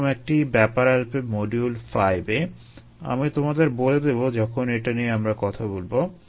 এরকম একটি ব্যাপার আসবে মডিউল 5 এ আমি তোমাদের বলে দেবো যখন এটা নিয়ে আমরা কথা বলবো